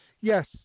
Yes